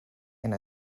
and